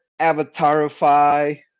Avatarify